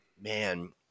Man